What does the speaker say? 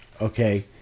okay